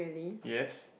yes